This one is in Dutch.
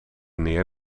neer